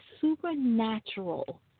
supernatural